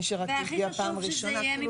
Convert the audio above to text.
מי שרק הגיע פעם ראשונה.